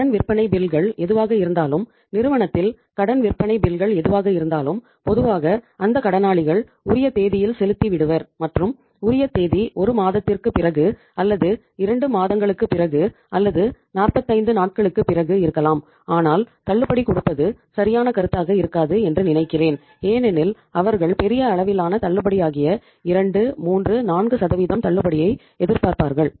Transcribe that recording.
கடன் விற்பனை பில்கள் எதுவாக இருந்தாலும் பொதுவாக அந்த கடனாளிகள் உரிய தேதியில் செலுத்தி விடுவர் மற்றும் உரிய தேதி ஒரு மாதத்திற்குப் பிறகு அல்லது 2 மாதங்களுக்குப் பிறகு அல்லது 45 நாட்களுக்கு பிறகு இருக்கலாம் ஆனால் தள்ளுபடி கொடுப்பது சரியான கருத்தாக இருக்காது என்று நினைக்கிறேன் ஏனெனில் அவர்கள் பெரிய அளவிலான தள்ளுபடியாகிய 2 3 4 தள்ளுபடியை எதிர்பார்ப்பார்கள்